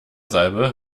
salbe